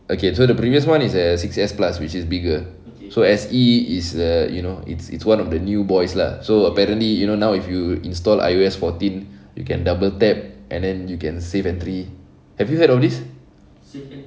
okay so the previous one is a six S plus which is bigger so S_E is a you know it's it's one of the new boys lah so apparently you know now if you install I_O_S fourteen you can double tap and then you can safe entry have you heard of this